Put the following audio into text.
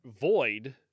void